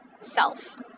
self